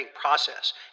process